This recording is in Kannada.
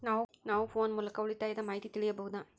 ನಾವು ಫೋನ್ ಮೂಲಕ ಉಳಿತಾಯದ ಮಾಹಿತಿ ತಿಳಿಯಬಹುದಾ?